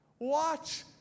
Watch